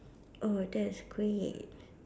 oh that's great